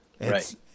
Right